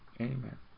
Amen